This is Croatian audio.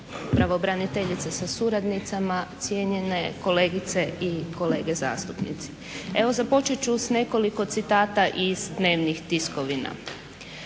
Pravobraniteljice sa suradnicima, cijenjene kolegice i kolege zastupnici. Evo započet ću sa nekoliko citata iz dnevnih tiskovina.